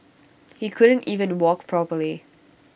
he couldn't even walk properly